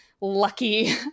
lucky